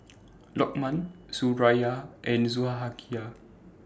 Lokman Suraya and Zulaikha